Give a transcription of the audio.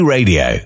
Radio